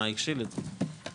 מה הכשיל את זה?